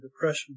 depression